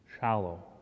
shallow